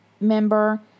member